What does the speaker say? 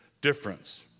difference